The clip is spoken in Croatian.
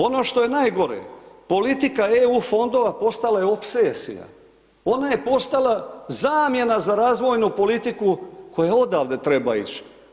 Ono što je najgore, politika EU fondova postala je opsesija, ona je postala zamjena za razvojnu politiku koja odavde treba ići.